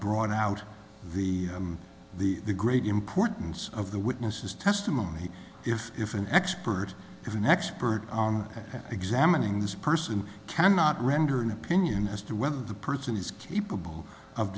brought out the the the great importance of the witnesses testimony if if an expert is an expert on examining this person cannot render an opinion as to whether the person is capable of